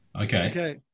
Okay